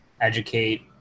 educate